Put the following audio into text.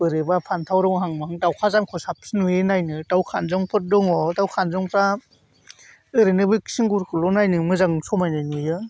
बोरैबा फानथाव रंहां माहां दाउखाजानखौ साबसिन नुयो नायनो दाउ खानजंफोर दङ दाउ खानजंफ्रा ओरैनो खिंगुरखौल' नायनो मोजां समायनाय नुयो